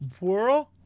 World